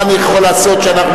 מה אני יכול לעשות שאנחנו,